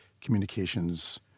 communications